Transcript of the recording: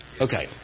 Okay